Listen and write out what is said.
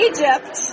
Egypt